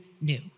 new